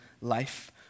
life